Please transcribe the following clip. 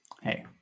Hey